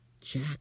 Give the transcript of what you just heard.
Jack